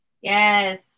Yes